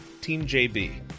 TEAMJB